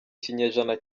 kinyejana